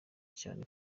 cyane